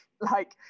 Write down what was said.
Like-